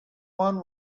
one